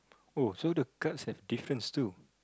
oh so the guides have different stool